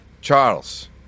Charles